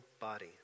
body